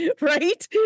right